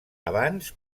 abans